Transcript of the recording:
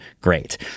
great